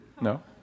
No